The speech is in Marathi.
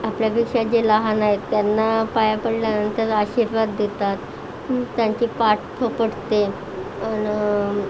आपल्यापेक्षा जे लहान आहेत त्यांना पाया पडल्यानंतर आशीर्वाद देतात त्यांची पाठ थोपटते आणि